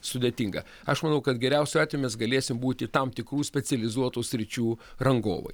sudėtinga aš manau kad geriausiu atveju mes galėsim būti tam tikrų specializuotų sričių rangovai